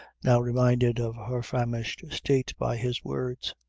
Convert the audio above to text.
now reminded of her famished state by his words.